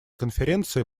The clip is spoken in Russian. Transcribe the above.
конференции